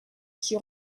qui